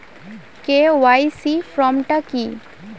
KYC form টা কি?